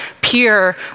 pure